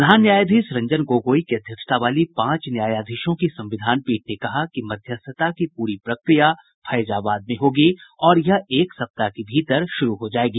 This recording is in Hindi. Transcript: प्रधान न्यायाधीश रंजन गोगोई की अध्यक्षता वाली पांच न्यायाधीशों की संविधान पीठ ने कहा कि मध्यस्थता की प्ररी प्रक्रिया फैजाबाद में होगी और यह एक सप्ताह के भीतर शुरू हो जाएगी